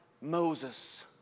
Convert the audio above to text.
Moses